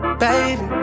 baby